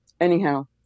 anyhow